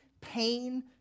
pain